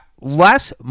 less